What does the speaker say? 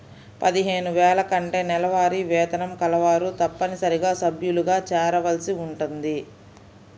పదిహేను వేల కంటే నెలవారీ వేతనం కలవారు తప్పనిసరిగా సభ్యులుగా చేరవలసి ఉంటుంది